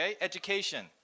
Education